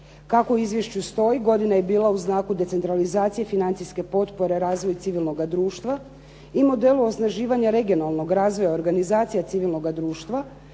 Kako u izvješću stoji, godina je bila u znaku decentralizacije financijske potpore razvoju civilnoga društva i modelu osnaživanja regionalnog razvoja organizacija civilnoga društva,